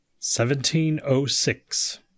1706